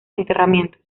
enterramientos